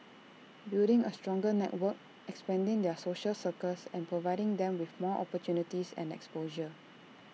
building A stronger network expanding their social circles and providing them with more opportunities and exposure